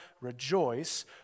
rejoice